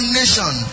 nation